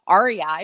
REI